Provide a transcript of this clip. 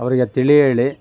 ಅವರಿಗೆ ತಿಳಿಹೇಳಿ